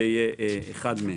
כשזה יהיה אחד מהם.